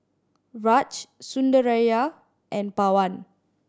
Raj Sundaraiah and Pawan